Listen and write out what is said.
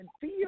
feel